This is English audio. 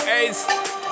Ace